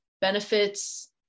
benefits